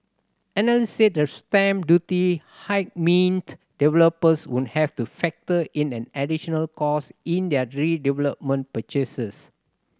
analysts said the stamp duty hike meant developers would have to factor in an additional cost in their redevelopment purchases